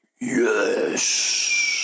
Yes